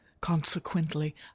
Consequently